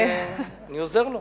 אני עוזר לו.